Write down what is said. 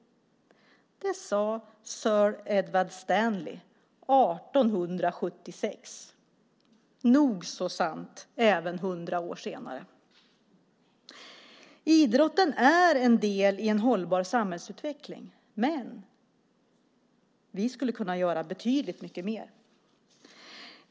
Det sade sir Edward Stanley 1876. Nog så sant även hundra år senare. Idrotten är en del i en hållbar samhällsutveckling, men vi skulle kunna göra betydligt mycket mer.